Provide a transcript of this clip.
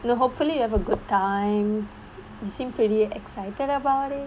hopefully you have a good time you seem pretty excited about it